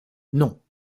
non